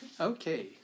Okay